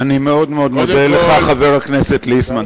אני מאוד מודה לך, חבר הכנסת ליצמן.